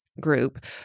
group